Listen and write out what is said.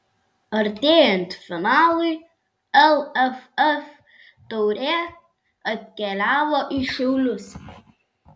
artėjant finalui lff taurė atkeliavo į šiaulius